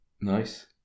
Nice